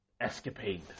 escapade